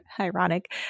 ironic